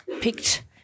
picked –